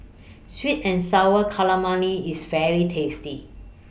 Sweet and Sour Calamari IS very tasty